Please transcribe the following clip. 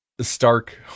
Stark